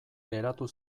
geratu